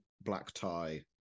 black-tie